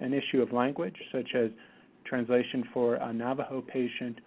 an issue of language, such as translation for a navajo patient,